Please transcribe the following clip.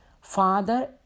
Father